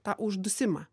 tą uždusimą